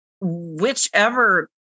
whichever